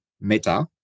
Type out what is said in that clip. Meta